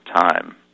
time